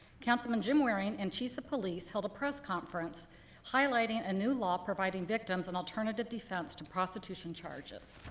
councilman jim waring and chief of police held a press conference highlighting a new law providing victims an alternative defense to prostitution charges.